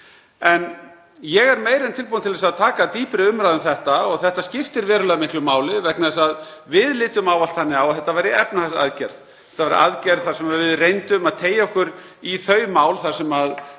Ég er meira en tilbúinn til að taka dýpri umræðu um þetta og skiptir verulega miklu máli vegna þess að við litum ávallt þannig á að þetta væri efnahagsaðgerð, þetta væri aðgerð þar sem við reyndum að teygja okkur í þau mál þar sem við